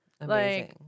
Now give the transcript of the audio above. Amazing